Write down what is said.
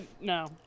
no